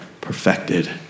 perfected